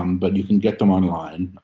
um but you can get them online.